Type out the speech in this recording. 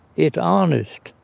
it's honest.